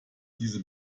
diese